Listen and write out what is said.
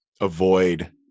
avoid